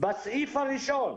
בסעיף הראשון.